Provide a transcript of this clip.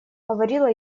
говорила